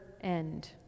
end